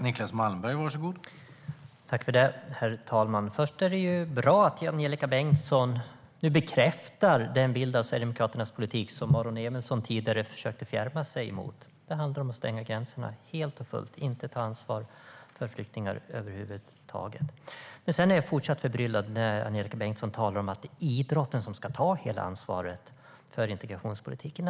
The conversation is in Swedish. Herr talman! Först är det bra att Angelika Bengtsson nu bekräftar den bild av Sverigedemokraternas politik som Aron Emilsson tidigare försökte fjärma sig från. Det handlar om att stänga gränserna, helt och fullt, och inte ta ansvar för flyktingar över huvud taget. Men sedan är jag fortsatt förbryllad när Angelika Bengtsson talar om att det är idrotten som ska ta hela ansvaret för integrationspolitiken.